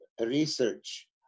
research